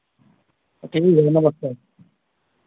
ठीक है नमस्ते